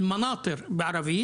אלמנטאר בערבית